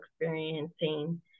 experiencing